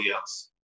else